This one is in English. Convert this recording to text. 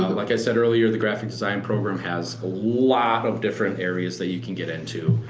like i said earlier, the graphic design program has a lot of different areas that you can get into.